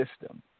system